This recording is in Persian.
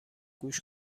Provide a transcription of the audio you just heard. گوش